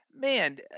man